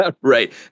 right